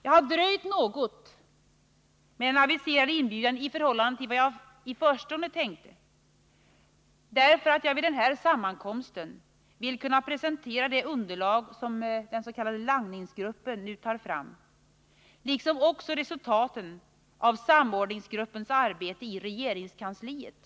Jag har dröjt något med den aviserade inbjudan i förhållande till vad jag i förstone tänkte, eftersom jag vid den här sammankomsten vill kunna presentera det underlag som den s.k. langningsgruppen nu tar fram liksom resultaten av samordningsgruppens arbete i regeringskansliet.